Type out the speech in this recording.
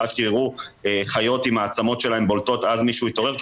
ורק כשייראו חיות עם העצמות שלהן בולטות אז מישהו יתעורר?